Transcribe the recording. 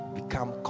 become